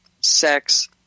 sex